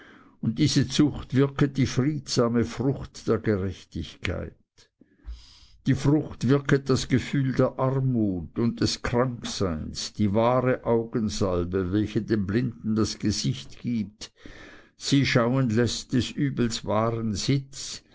und diese zucht wirket die friedsame frucht der gerechtigkeit die zucht wirket das gefühl der armut und des krankseins ist die wahre augensalbe welche den blinden das gesicht gibt sie schauen läßt des übels wahren sitz